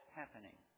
happening